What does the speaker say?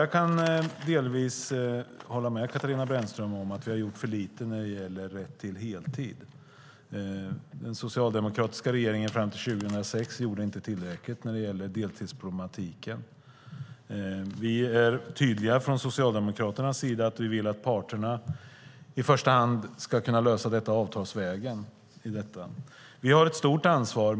Jag kan delvis hålla med Katarina Brännström om att vi har gjort för lite när det gäller rätten till heltid. Den socialdemokratiska regeringen fram till 2006 gjorde inte tillräckligt åt deltidsproblematiken. Vi är tydliga från Socialdemokraternas sida att vi vill att parterna i första hand ska lösa detta avtalsvägen. Vi har ett stort ansvar.